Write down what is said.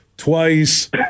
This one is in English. twice